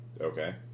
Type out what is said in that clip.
Okay